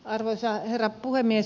arvoisa herra puhemies